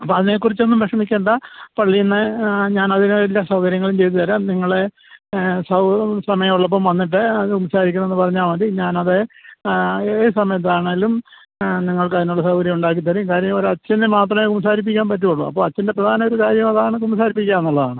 അപ്പോൾ അതിനെക്കുറിച്ചൊന്നും വിഷമിക്കേണ്ട പള്ളിയിൽനിന്ന് ഞാനതിന് എല്ലാ സൗകര്യങ്ങളും ചെയ്ത് തരാം നിങ്ങളെ സമയമുള്ളപ്പം വന്നിട്ട് കുമ്പസാരിക്കണമെന്ന് പറഞ്ഞാൽ മതി ഞാനത് ഏത് സമയത്താണെങ്കിലും നിങ്ങൾക്കതിനുള്ള സൗകര്യമുണ്ടാക്കി തരും കാര്യം ഒരച്ചന് മാത്രമേ കുമ്പസാരിപ്പിക്കാൻ പറ്റുകയുള്ളൂ അപ്പോൾ അച്ചൻ്റെ പ്രധാന ഒരു കാര്യം അതാണ് കുമ്പസാരിപ്പിക്കുകയെന്നുള്ളതാണ്